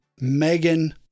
Megan